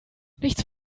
nichts